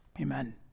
amen